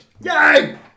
Yay